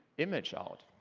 image out.